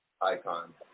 Icon